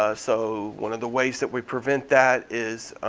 ah so one of the ways that we prevent that is